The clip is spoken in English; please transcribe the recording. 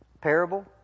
parable